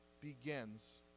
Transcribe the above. begins